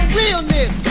realness